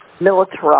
militarized